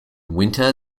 winter